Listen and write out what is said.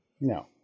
no